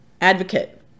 advocate